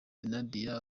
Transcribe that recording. nadia